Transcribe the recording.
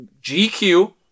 GQ